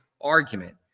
argument